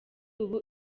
ubu